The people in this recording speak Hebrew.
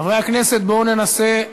חברי הכנסת, בואו ננסה,